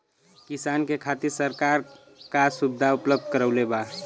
किसान के खातिर सरकार का सुविधा उपलब्ध करवले बा?